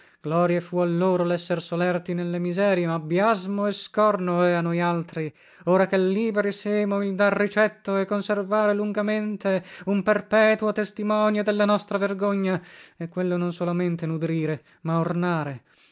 gloria fu a loro lesser solerti nelle miserie ma biasmo e scorno è a noi altri ora che liberi semo il dar ricetto e conservare lungamente un perpetuo testimonio della nostra vergogna e quello non solamente nudrire ma ornare